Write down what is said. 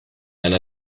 einer